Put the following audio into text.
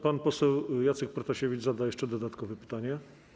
Pan poseł Jacek Protasiewicz zada jeszcze dodatkowe pytanie.